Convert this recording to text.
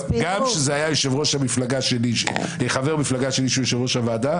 גם כשזה היה חבר המפלגה שלי שהוא יושב-ראש הוועדה